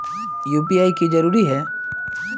UPI की जरूरी है?